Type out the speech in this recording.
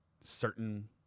certain